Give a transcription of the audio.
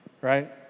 right